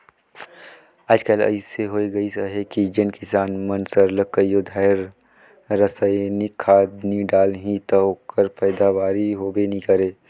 आएज काएल अइसे होए गइस अहे कि जेन किसान मन सरलग कइयो धाएर रसइनिक खाद नी डालहीं ता ओकर पएदावारी होबे नी करे